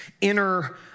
inner